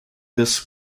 this